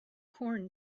corn